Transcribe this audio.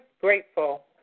grateful